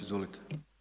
Izvolite.